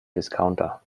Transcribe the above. discounter